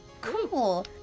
Cool